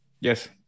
Yes